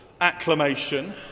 acclamation